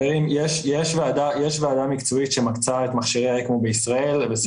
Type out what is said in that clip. יש ועדה מקצועית שמקצה את מכשירי האקמו בישראל.